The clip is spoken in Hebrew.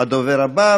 הדובר הבא,